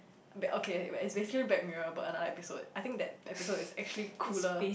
but okay anyways basically Black Mirror got another episode I think that episode is actually cooler